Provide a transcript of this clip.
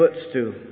footstool